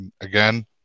Again